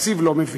התקציב לא מביא.